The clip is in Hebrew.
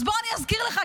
אז בוא אזכיר לך,